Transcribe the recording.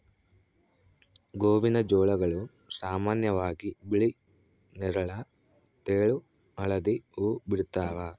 ಗೋವಿನಜೋಳಗಳು ಸಾಮಾನ್ಯವಾಗಿ ಬಿಳಿ ನೇರಳ ತೆಳು ಹಳದಿ ಹೂವು ಬಿಡ್ತವ